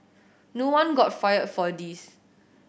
no one got fired for this